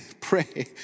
pray